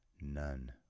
none